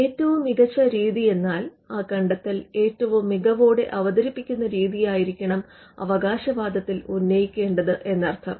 ഏറ്റവും മികച്ച രീതി എന്നാൽ ആ കണ്ടെത്തൽ ഏറ്റവും മികവോടെ അവതരിപ്പിക്കുന്ന രീതിയായിരിക്കണം അവകാശവാദത്തിൽ ഉന്നയിക്കേണ്ടത് എന്നർത്ഥം